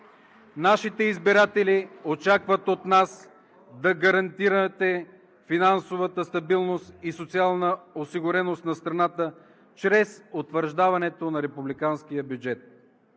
Нашите избиратели очакват от нас да гарантираме финансовата стабилност и социална осигуреност на страната чрез утвърждаването на републиканския бюджет.